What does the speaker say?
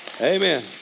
Amen